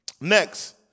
Next